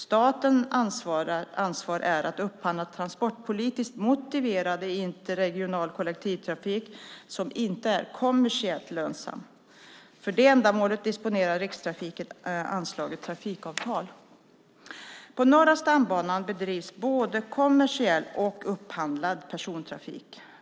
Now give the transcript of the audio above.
Statens ansvar är att upphandla transportpolitiskt motiverad interregional kollektivtrafik som inte är kommersiellt lönsam. För det ändamålet disponerar Rikstrafiken anslaget Trafikavtal. På Norra stambanan bedrivs både kommersiell och upphandlad persontrafik.